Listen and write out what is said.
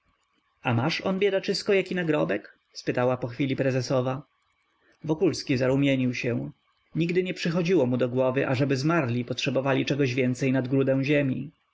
a maż on biedaczysko jaki nagrobek spytała po chwili prezesowa wokulski zarumienił się nigdy nie przychodziło mu do głowy ażeby zmarli potrzebowali czegoś więcej nad grudę ziemi